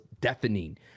deafening